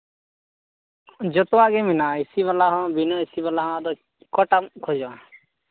ᱡᱚᱛᱚᱣᱟᱜ ᱜᱮ ᱢᱮᱱᱟᱜᱼᱟ ᱮᱹᱥᱤ ᱵᱟᱞᱟ ᱦᱚᱸ ᱵᱤᱱᱟᱹ ᱮᱹᱥᱤ ᱵᱟᱞ ᱦᱚᱸ ᱟᱫᱚ ᱚᱠᱟᱴᱟᱜ ᱮᱢ ᱠᱷᱚᱡᱚᱜᱼᱟ